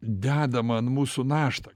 dedamą an mūsų naštą